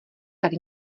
tak